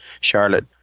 Charlotte